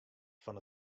fan